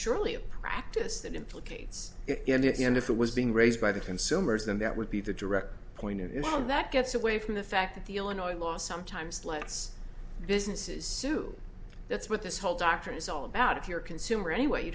surely a practice that implicates in the end if it was being raised by the consumers then that would be the direct point is how that gets away from the fact that the illinois law sometimes lets businesses sue that's what this whole doctrine is all about if you're a consumer anyway you